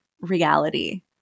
reality